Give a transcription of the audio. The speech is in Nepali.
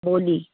भोलि